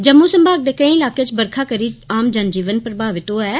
जम्मू संभाग दे केईं इलाकें च बरखा करी आम जनजीवन प्रभावत होआ ऐ